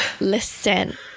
Listen